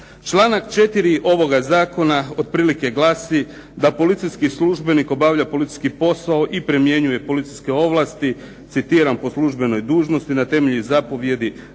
Članak 4. ovoga zakona otprilike glasi da policijski službenik obavlja policijski posao i primjenjuje policijske ovlasti, citiram, po službenoj dužnosti na temelju zapovijedi